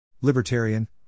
Libertarian